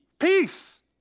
Peace